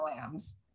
Lambs